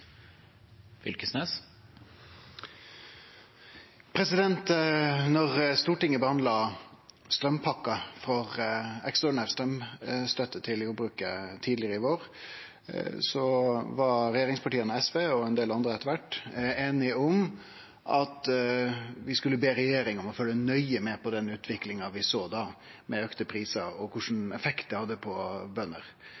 Stortinget behandla straumpakken for ekstraordinær straumstøtte til jordbruket tidlegare i vår, var regjeringspartia, SV og ein del andre etter kvart einige om at vi skulle be regjeringa om å følgje nøye med på den utviklinga vi såg da, med auka prisar og